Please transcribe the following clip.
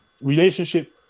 relationship